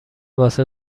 واسه